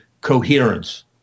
coherence